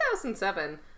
2007